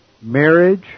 marriage